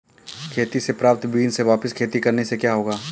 खेती से प्राप्त बीज से वापिस खेती करने से क्या होगा?